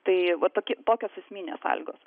tai va toki tokios esminės sąlygos